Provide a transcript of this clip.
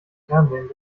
fernsehen